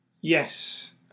Yes